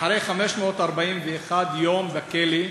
אחרי 541 יום בכלא,